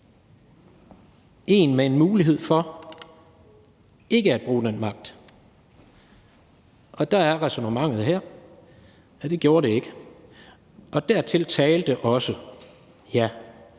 en med en mulighed for ikke at bruge den magt? Og der er ræsonnementet her, at det gjorde det ikke. Og dertil talte også, at